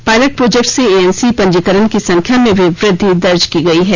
pilot project से ANC पंजीकरण की संख्या में भी वृद्धि दर्ज की गई है